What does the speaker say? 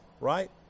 right